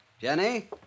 Jenny